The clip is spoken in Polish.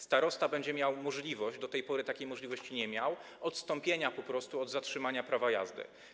Starosta będzie miał możliwość, do tej pory takiej możliwości nie miał, odstąpienia po prostu od zatrzymania prawa jazdy.